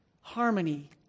Harmony